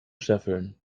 scheffeln